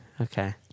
Okay